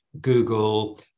Google